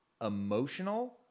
emotional